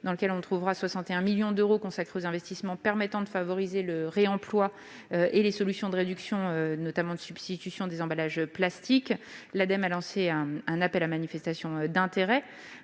dans lequel on trouvera 61 millions d'euros consacrés aux investissements permettant de favoriser le réemploi et les solutions de réduction, notamment de substitution des emballages plastiques, l'Ademe a lancé un appel à manifestation d'intérêt.